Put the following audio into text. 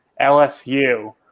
LSU